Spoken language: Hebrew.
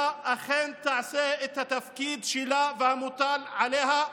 אכן תעשה את התפקיד שלה והמוטל עליה,